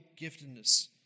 giftedness